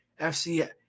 FC